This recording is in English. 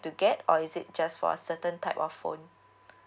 to get or is it just for a certain type of phone